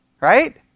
Right